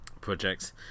projects